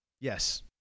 Yes